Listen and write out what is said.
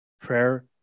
prayer